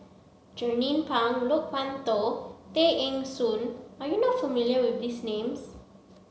Jernnine Pang Loke Wan Tho Tay Eng Soon are you not familiar with these names